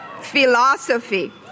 philosophy